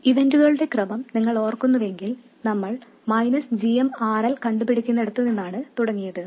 ഇവന്റുകളുടെ ക്രമം നിങ്ങൾ ഓർക്കുന്നുവെങ്കിൽ നമ്മൾ g m R L കണ്ടുപിടിക്കുന്നിടത്ത് നിന്നാണ് തുടങ്ങിയത്